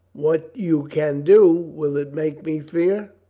what you can do, will it make me fear?